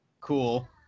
Cool